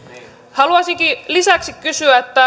haluaisinkin lisäksi kysyä